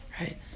right